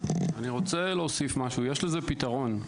יש לזה פתרון.